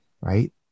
right